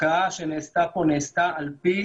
שלפעמים אנחנו ככה נמנעים מלפנות דווקא לדין